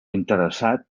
interessat